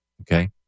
Okay